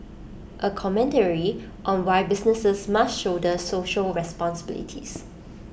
A commentary on why businesses must shoulder social responsibilities